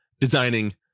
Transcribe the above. designing –